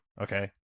okay